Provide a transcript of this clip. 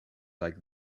like